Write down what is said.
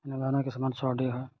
এনেধৰণৰ কিছুমান চৰ্দি হয়